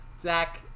zach